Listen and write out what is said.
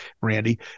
Randy